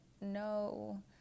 no